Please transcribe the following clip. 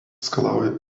skalauja